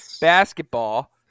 basketball